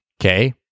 okay